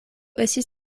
estis